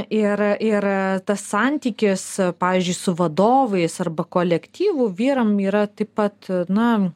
ir ir tas santykis pavyzdžiui su vadovais arba kolektyvu vyram yra taip pat na